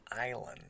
island